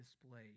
display